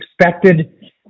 expected